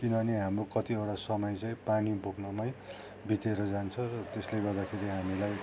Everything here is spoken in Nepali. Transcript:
किनभने हाम्रो कतिवटा समय चाहिँ पानी बोक्नुमै बितेर जान्छ र त्यसले गर्दाखेरि हामीलाई